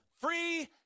free